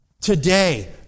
today